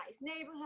neighborhood